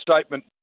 statement